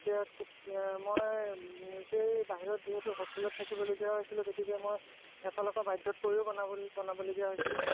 মই নিজে বাহিৰত যিহেতু হোষ্টেলত থাকিবলগীয়া হৈছিলে গতিকে মই এফালৰ পৰা বাধ্যত পৰিও বনাব বনাবলগীয়া হৈছিলে